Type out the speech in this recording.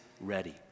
ready